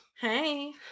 Hey